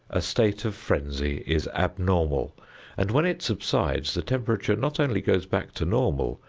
a state of frenzy is abnormal and when it subsides the temperature not only goes back to normal,